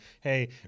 hey